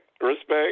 Respect